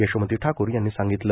यशोमती ठाकूर यांनी सांगितलं